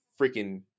freaking